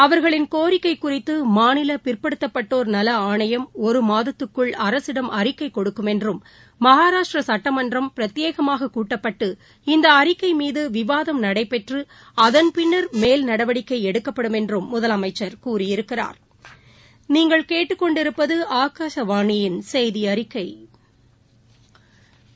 அவர்களின் கோரிக்கைகுறித்துமாநிலபிற்படுத்தப்பட்டோர் நலஆணையம் ஒருமாதத்துக்குள் அரசிடம் அறிக்கைகொடுக்குமென்றும் மஹராஷ்டிரசுட்டமன்றம் பிரேத்தியமாககூட்டப்பட்டு இந்தஅறிக்கைமீதுவிவாதம் நடைபெற்றுஅதன் பின்னா் மேல் நடவடிக்கைஎடுக்கபடுமென்றும் முதலமைச்சா் கூறியிருக்கிறாா்